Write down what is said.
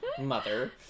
Mother